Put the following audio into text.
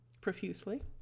profusely